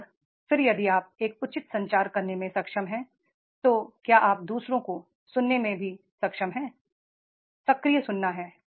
और फिर यदि आप एक उचित संचार करने में सक्षम हैं तो क्या आप दू सरों को सुनने में सक्षम हैं सक्रिय सुनना है